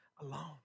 alone